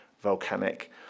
volcanic